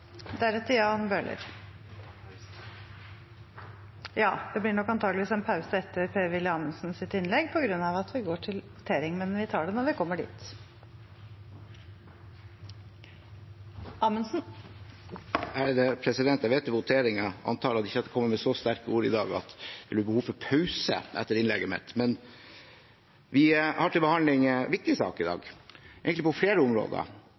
deretter Jan Bøhler. Det blir antakeligvis en pause etter Per-Willy Amundsens innlegg på grunn av at vi går til votering. Men vi tar det når vi kommer dit. Jeg vet det er votering, men jeg antar at jeg ikke kommer med så sterke ord i dag at det blir behov for pause etter innlegget mitt. Vi har til behandling en viktig sak i dag, egentlig på flere områder,